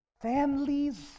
families